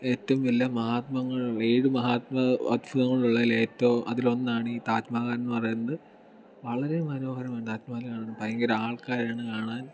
ഏറ്റവും വലിയ മഹാത്ഭുതങ്ങളിൽ ഏഴ് മഹാത്മങ്ങ അത്ഭുതങ്ങൾ ഉള്ളതിൽ ഏറ്റവും അതിൽ ഒന്നാണ് ഈ താജ്മഹൽ എന്ന് പറയുന്നത് വളരെ മനോഹരമാണ് താജ്മഹൽ കാണാൻ ഭയങ്കര ആൾക്കാരാണ് കാണാൻ